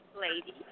lady